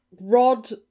rod